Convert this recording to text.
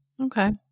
Okay